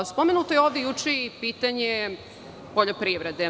Spomenuto je ovde juče i pitanje poljoprivrede.